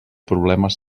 problemes